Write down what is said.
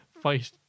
fight